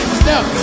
step